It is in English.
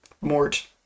Mort